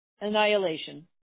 annihilation